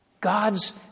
God's